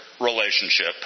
relationship